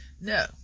No